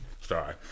Sorry